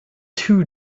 two